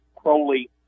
Crowley